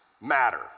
matter